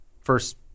first